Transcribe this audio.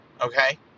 Okay